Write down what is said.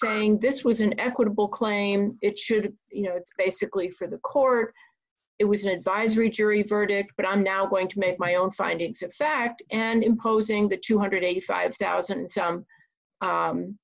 saying this was an equitable claim it should you know it's basically for the court it was an advisory jury verdict but i'm now going to make my own findings of fact and imposing the two hundred and eighty five thousand some